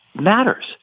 matters